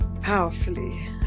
powerfully